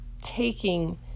taking